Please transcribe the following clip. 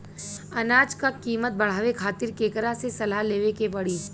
अनाज क कीमत बढ़ावे खातिर केकरा से सलाह लेवे के पड़ी?